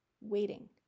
Waiting